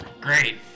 Great